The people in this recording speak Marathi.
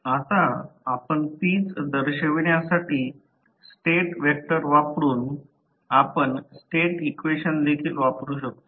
आता आपण तीच दर्शवण्यासाठी स्टेट वेक्टर वापरुन आपण स्टेट इक्वेशन देखील वापरू शकतो